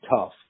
tough